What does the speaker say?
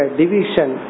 division